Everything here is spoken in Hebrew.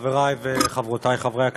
חברי וחברותי חברי הכנסת,